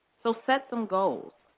so set some goals,